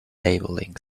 labeling